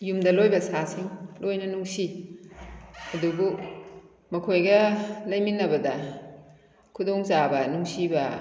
ꯌꯨꯝꯗ ꯂꯣꯏꯕ ꯁꯥꯁꯤꯡ ꯂꯣꯏꯅ ꯅꯨꯡꯁꯤ ꯑꯗꯨꯕꯨ ꯃꯈꯣꯏꯒ ꯂꯩꯃꯤꯟꯅꯕꯗ ꯈꯨꯗꯣꯡ ꯆꯥꯕ ꯅꯨꯡꯁꯤꯕ